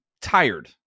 tired